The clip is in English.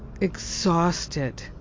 exhausted